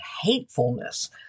hatefulness